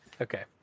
Okay